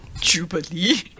Jubilee